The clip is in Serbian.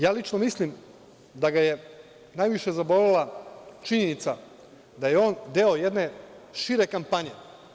Ja lično mislim da ga je najviše zabolela činjenica da je on deo jedne šire kampanje.